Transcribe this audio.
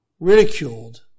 ridiculed